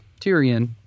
Tyrion